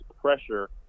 pressure